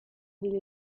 degli